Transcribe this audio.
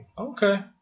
Okay